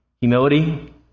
humility